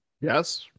Yes